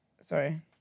Sorry